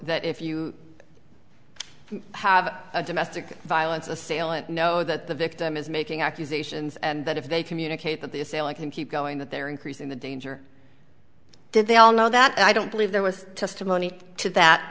that if you have a domestic violence assailant know that the victim is making accusations and that if they communicate that the assailant can keep going that they're increasing the danger did they all know that i don't believe there was testimony to that i